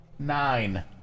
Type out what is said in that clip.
Nine